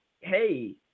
hey